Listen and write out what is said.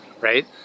right